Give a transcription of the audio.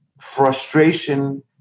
frustration